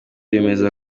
bemeza